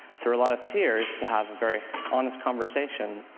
through a lot of tears, to have a very honest conversation.